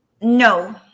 No